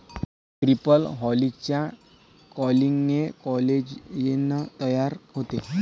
triple हेलिक्सच्या कॉइलिंगने collagen तयार होते